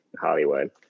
hollywood